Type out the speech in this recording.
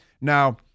Now